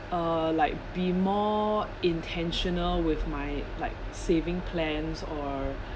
uh like be more intentional with my like saving plans or